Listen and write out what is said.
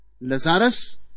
Lazarus